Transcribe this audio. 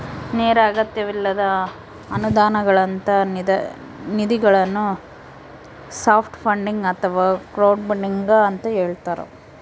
ನೇರ ಅಗತ್ಯವಿಲ್ಲದ ಅನುದಾನಗಳಂತ ನಿಧಿಗಳನ್ನು ಸಾಫ್ಟ್ ಫಂಡಿಂಗ್ ಅಥವಾ ಕ್ರೌಡ್ಫಂಡಿಂಗ ಅಂತ ಹೇಳ್ತಾರ